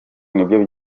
nibyo